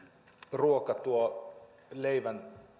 ruoka tuo leivän